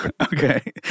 Okay